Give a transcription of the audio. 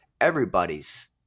everybody's